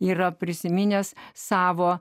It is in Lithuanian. yra prisiminęs savo